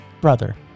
Brother